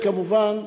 כמובן,